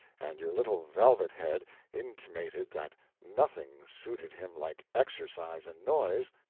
and your little velvet-head intimated that nothing suited him like exercise and noise,